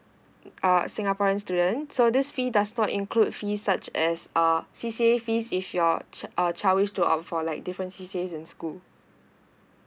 a singaporean students so this fee does not include fee such as uh C_C_A fees if your chi~ uh child wish to opt for like different C_C_A in school